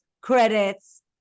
credits